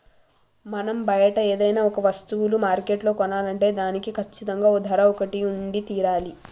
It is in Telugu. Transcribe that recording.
మనం బయట ఏదైనా ఒక వస్తువులు మార్కెట్లో కొనాలంటే దానికి కచ్చితంగా ఓ ధర ఒకటి ఉండి తీరాలి